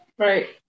Right